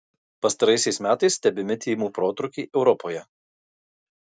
pastaraisiais metais stebimi tymų protrūkiai europoje